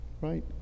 right